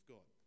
God